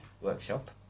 workshop